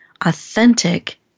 authentic